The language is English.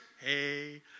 hey